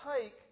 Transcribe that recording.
take